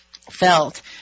felt